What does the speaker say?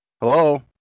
Hello